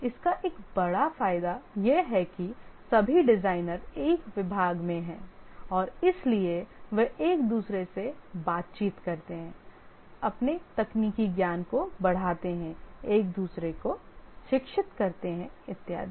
इसका एक बड़ा फायदा यह है कि सभी डिज़ाइनर एक विभाग में हैं और इसलिए वे एक दूसरे के साथ बातचीत करते हैं अपने तकनीकी ज्ञान को बढ़ाते हैं एक दूसरे को शिक्षित करते हैं इत्यादि